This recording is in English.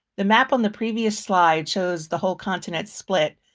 the map on the previous slide shows the whole continent split,